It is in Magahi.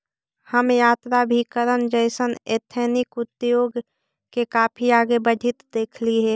हम यात्राभिकरण जइसन एथनिक उद्योग के काफी आगे बढ़ित देखली हे